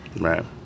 Right